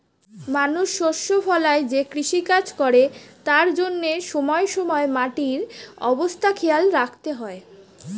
মানুষ শস্য ফলায় যে কৃষিকাজ করে তার জন্যে সময়ে সময়ে মাটির অবস্থা খেয়াল রাখতে হয়